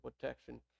protection